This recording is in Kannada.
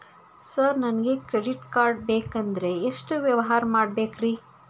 ಸರ್ ನನಗೆ ಕ್ರೆಡಿಟ್ ಕಾರ್ಡ್ ಬೇಕಂದ್ರೆ ಎಷ್ಟು ವ್ಯವಹಾರ ಮಾಡಬೇಕ್ರಿ?